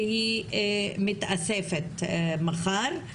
והיא מתאספת מחר.